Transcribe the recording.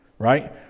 right